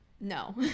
no